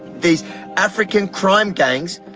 these african crime gangs,